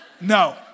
No